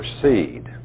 proceed